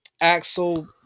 Axel